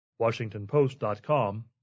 WashingtonPost.com